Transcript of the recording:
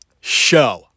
show